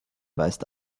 weist